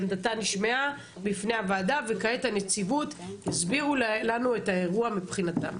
עמדתה נשמעה בפני הוועדה וכעת הנציבות יסבירו לנו את האירוע מבחינתם.